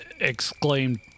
exclaimed